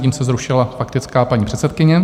Mezitím se zrušila faktická paní předsedkyně.